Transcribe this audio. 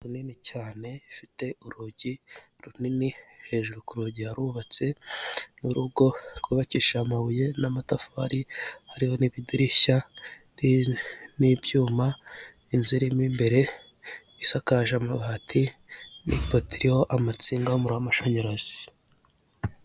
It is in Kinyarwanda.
Inzu ni cyane ifite urugi runini hejuru kurugi harubatse n'urugo rwubakisha amabuye n'amatafari ariho n'idirishya n'ibyuma inzu irimo imbere isakaje amabati n'ipoto iriho amatsinga y'amashanyarazi.